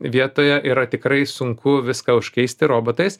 vietoje yra tikrai sunku viską užkeisti robotais